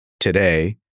today